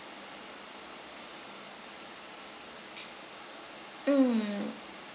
mm